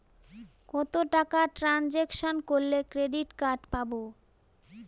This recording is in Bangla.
কত টাকা ট্রানজেকশন করলে ক্রেডিট কার্ড পাবো?